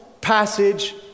passage